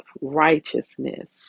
righteousness